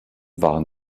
waren